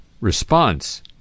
response